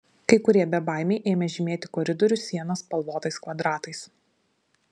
kai kurie bebaimiai ėmė žymėti koridorių sienas spalvotais kvadratais